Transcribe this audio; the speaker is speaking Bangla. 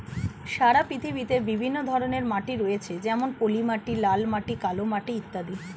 সারা পৃথিবীতে বিভিন্ন ধরনের মাটি রয়েছে যেমন পলিমাটি, লাল মাটি, কালো মাটি ইত্যাদি